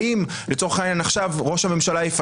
האם לצורך העניין עכשיו ראש הממשלה או